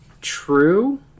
true